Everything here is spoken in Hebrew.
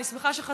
אני שמחה שחזרת,